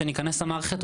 שניכנס למערכת,